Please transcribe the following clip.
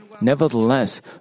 Nevertheless